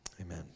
amen